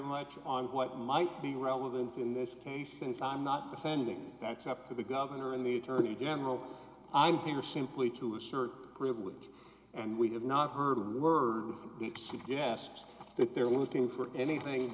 much on what might be relevant in this case since i'm not defending that's up to the governor and the attorney general i'm here simply to assert privilege and we have not heard a word that suggests that they're looking for anything